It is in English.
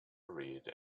read